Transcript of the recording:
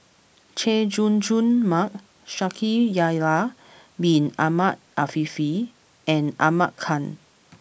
Chay Jung Jun Mark Shaikh Yahya Bin Ahmed Afifi and Ahmad Khan